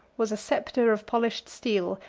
was a sceptre of polished steel,